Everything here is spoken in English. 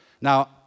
now